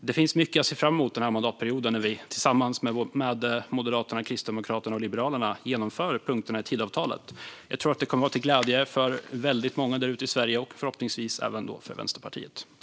Det finns mycket att se fram emot den här mandatperioden när vi tillsammans med Moderaterna, Kristdemokraterna och Liberalerna genomför punkterna i Tidöavtalet. Jag tror att det kommer att vara till glädje för väldigt många där ute i Sverige och förhoppningsvis även för Vänsterpartiet.